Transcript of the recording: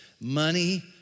Money